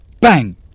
bang